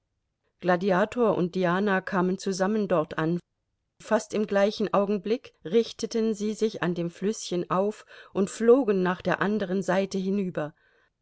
gladiator und diana kamen zusammen dort an fast im gleichen augenblick richteten sie sich an dem flüßchen auf und flogen nach der anderen seite hinüber